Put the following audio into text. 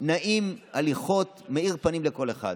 נעים הליכות ומאיר פנים לכל אחד.